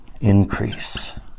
increase